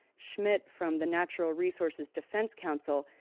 schmidt, from the natural resources defense council,